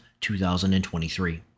2023